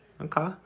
Okay